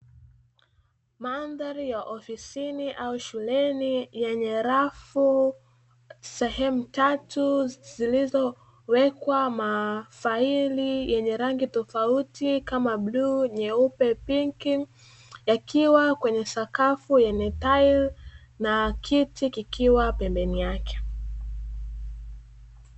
Madhari ya ofisini au shuleni yenye rafu sehemu tatu zilizowekwa mafaili yenye rangi tofauti kama bluu, nyeupe, pinki yakiwa kwenye sakafu yenye taile na kiti kikiwa pembeni yake.